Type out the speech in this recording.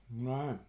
Right